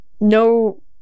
no